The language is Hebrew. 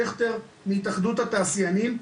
אז אמרה פה יעל שכטר מהתאחדות התעשיינים,